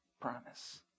promise